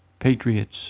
Patriots